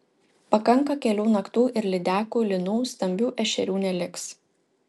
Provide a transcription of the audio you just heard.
pakanka kelių naktų ir lydekų lynų stambių ešerių neliks